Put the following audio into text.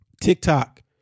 TikTok